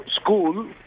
school